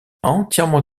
entièrement